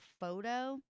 photo